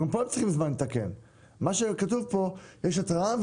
מה שכתוב פה זה שיש התראה,